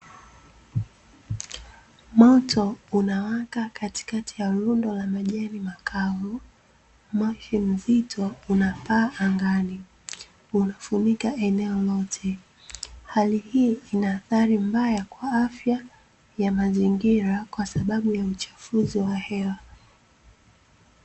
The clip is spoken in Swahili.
Moto unawaka katikati ya rundo la majani makavu. Moshi mzito unapaa angani unafunika eneo lote. Hali hii ina athari mbaya kwa afya ya mazingira kwa sababu ya uchafuzi wa hewa.